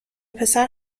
پسر